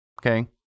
Okay